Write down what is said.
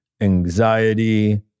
anxiety